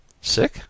Sick